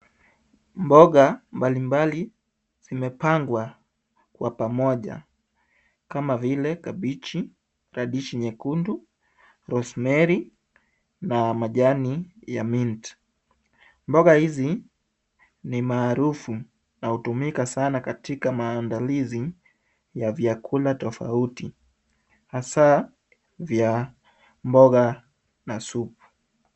Mboga mbalimbali zimepangwa kwa pamoja kama vile kabichi, radish nyekundu, rosemary na wa majani ya mint . Mboga hizi ni maarufu na hutumika sana katika maandalizi ya vyakula tofauti hasa vya mboga na supu.